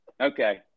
okay